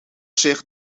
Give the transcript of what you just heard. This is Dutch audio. zich